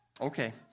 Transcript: Okay